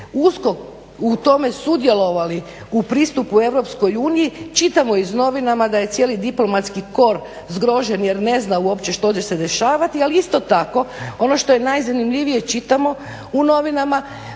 usko u tome sudjelovali u pristupu EU? Čitamo iz novina da je cijeli diplomatski kor zgrožen jer ne zna uopće što će se dešavati, ali isto tako ono što je najzanimljivije čitamo u novinama